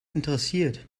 interessiert